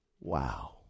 Wow